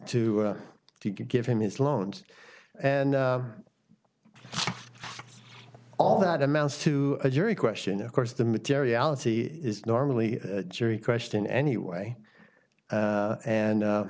to give him his loans and all that amounts to a jury question of course the materiality is normally a jury question anyway and